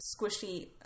squishy